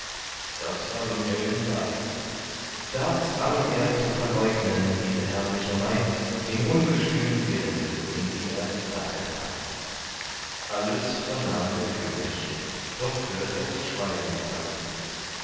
das war dem helden leid da zwang er zu verleugnen diese herrliche maid den ungestümen willen den sie erst dargetan alles vernahm der könig doch hört ers schweigend an